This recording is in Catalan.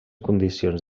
condicions